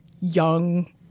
young